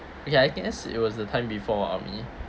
ya I guess it was the time before army